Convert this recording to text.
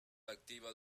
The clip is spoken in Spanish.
activa